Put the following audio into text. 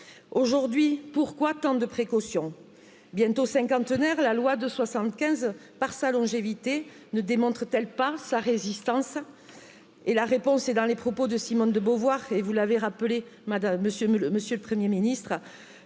aujourd'hui pourquoi tant de précautions bientôt cinquantenaire la loi de soixante quinze par sa longévité nee démontre t elle pas sa résistance et la réponse est dans les proposs de simone de beauvoir et vous l'avez rappelé monsieur le premier ministre